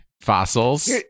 Fossils